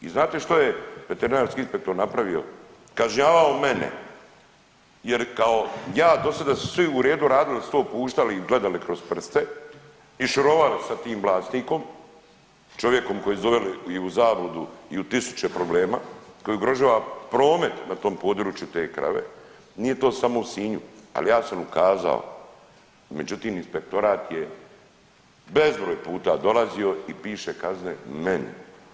I znate što je veterinarski inspektor napravio, kažnjavao mene jer kao ja dosada su svi u redu radili je su to puštali i gledali kroz prste i šurovali sa tim vlasnikom čovjekom kojeg su doveli i u zabludu i u tisuće problema, koji ugrožava promet na tom području te krave nije to samo u Sinju, ali ja sam ukazao međutim inspektorat je bezbroj puta dolazio i piše kazne meni.